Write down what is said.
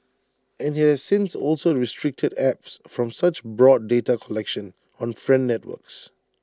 and IT has since also restricted apps from such broad data collection on friend networks